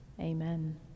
amen